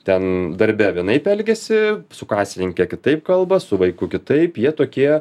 ten darbe vienaip elgiasi su kasininke kitaip kalba su vaiku kitaip jie tokie